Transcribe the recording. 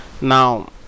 now